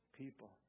people